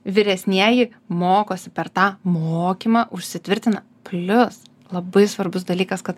vyresnieji mokosi per tą mokymą užsitvirtina plius labai svarbus dalykas kad